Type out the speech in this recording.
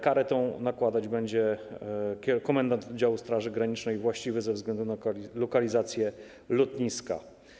Karę tę nakładać będzie komendant działu Straży Granicznej właściwy ze względu na lokalizację lotniska.